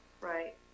Right